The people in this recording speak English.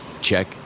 check